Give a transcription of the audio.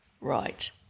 right